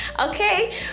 Okay